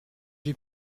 j’ai